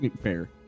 fair